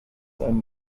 einen